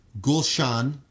Gulshan